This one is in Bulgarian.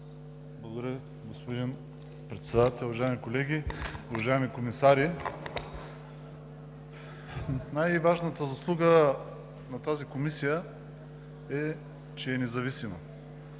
Благодаря Ви, господин Председател! Уважаеми колеги, уважаеми комисари! Най-важната заслуга на тази комисия е, че е независима